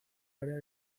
área